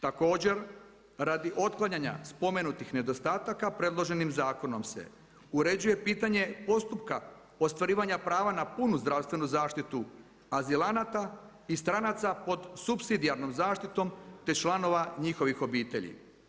Također, radi otklanjanja spomenutih nedostataka, predloženim zakonom se uređuje pitanje postupka ostvarivanja prava na punu zdravstvenu zaštitu azilanata i stranaca pod supsidijarnom zaštitom te članova njihovih obitelji.